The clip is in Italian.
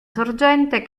sorgente